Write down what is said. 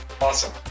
Awesome